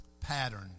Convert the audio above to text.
pattern